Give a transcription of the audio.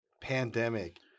pandemic